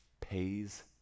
pays